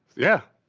yeah.